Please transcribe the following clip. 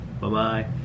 bye-bye